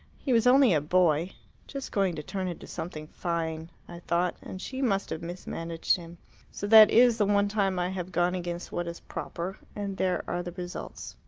he was only a boy just going to turn into something fine, i thought and she must have mismanaged him. so that is the one time i have gone against what is proper, and there are the results.